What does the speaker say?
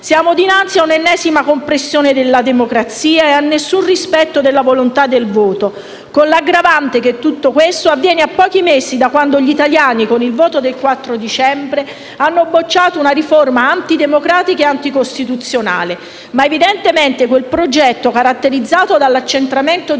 Siamo dinanzi all'ennesima compressione della democrazia, senza alcun rispetto della volontà del voto, con l'aggravante che tutto questo avviene a pochi mesi da quando gli italiani, con il voto del 4 dicembre, hanno bocciato una riforma antidemocratica e anticostituzionale. Ma evidentemente quel progetto, caratterizzato dall'accentramento dei